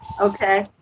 Okay